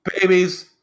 Babies